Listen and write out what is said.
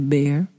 Bear